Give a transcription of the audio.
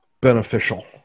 beneficial